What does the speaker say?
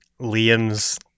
Liam's